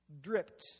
dripped